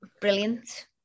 Brilliant